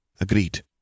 Agreed